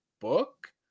book